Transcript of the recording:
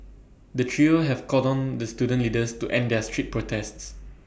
the trio have called on the student leaders to end their street protests